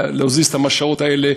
להזיז את המש"אות האלה,